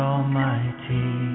Almighty